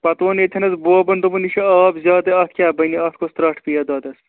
پَتہٕ ووٚن ییٚتہِ نَس بوبَن دوٚپُن یہِ چھُ آب زیادٕ اَتھ کیٛاہ بَنہِ اَتھ کۄس ترٛٹھ پیٚیہِ اَتھ دۄدَس